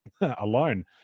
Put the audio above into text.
alone